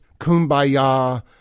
kumbaya